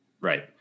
Right